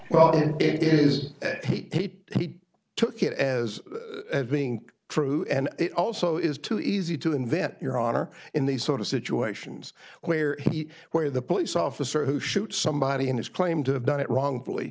well it is he he took it as being true and it also is too easy to invent your honor in these sort of situations where he where the police officer who shoots somebody in his claim to have done it wrongfully